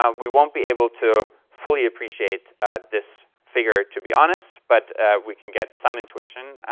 um we won't be able to fully appreciate this figure, to be honest, but we can get some intuition.